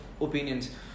opinions